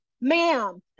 ma'am